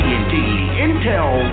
Intel